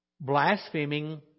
blaspheming